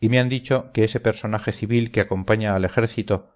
y me han dicho que ese personaje civil que acompaña al ejército